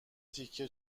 تیکه